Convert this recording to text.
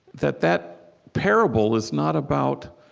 that that parable is not about